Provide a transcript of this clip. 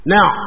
Now